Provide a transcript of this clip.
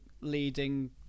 leading